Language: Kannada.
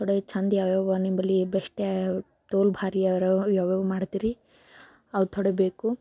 ಥೊಡೇ ಚೆಂದ ಯಾವಯಾವ ನಿಂಬಳಿ ಬೆಶ್ಟ್ ಯಾವ್ಯಾವು ತೋಲ್ ಭಾರಿ ಯಾವ್ಯಾವು ಮಾಡ್ತೀರಿ ಅವು ಥೊಡೆ ಬೇಕು